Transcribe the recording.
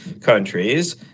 countries